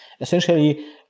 Essentially